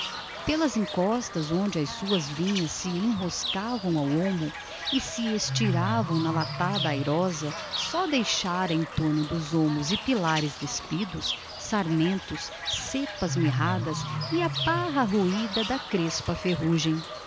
pelas encostas onde as suas vinhas se enroscavam ao olmo e se estiravam na latada airosa só deixara em torno dos olmos e pilares despidos sarmentos de cepas mirradas e a parra roída de crespa ferrugem